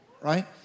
Right